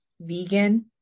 Vegan